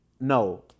No